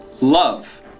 love